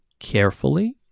carefully